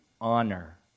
honor